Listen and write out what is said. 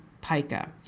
pica